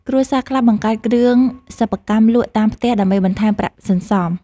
គ្រួសារខ្លះបង្កើតគ្រឿងសិប្បកម្មលក់តាមផ្ទះដើម្បីបន្ថែមប្រាក់សន្សំ។